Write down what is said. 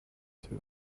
two